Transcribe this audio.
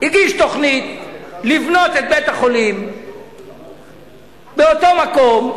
הגיש תוכנית לבנות את בית-החולים באותו מקום,